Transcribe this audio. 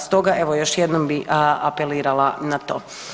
Stoga evo još jednom bi apelirala na to.